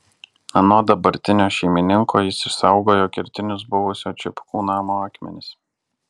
anot dabartinio šeimininko jis išsaugojo kertinius buvusio čipkų namo akmenis